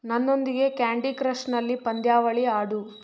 ನನ್ನೊಂದಿಗೆ ಕ್ಯಾಂಡಿ ಕ್ರಶ್ನಲ್ಲಿ ಪಂದ್ಯಾವಳಿ ಆಡು